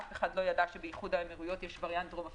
אף אחד לא ידע שבמדינות האמירויות יש וריאנט דרום אפריקאי.